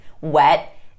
wet